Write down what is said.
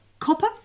Copper